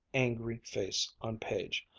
angry face on page.